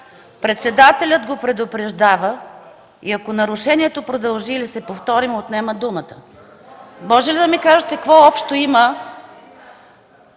председателят го предупреждава и ако нарушението продължи или се повтори, му отнема думата. Може ли да ми кажете: какво общо има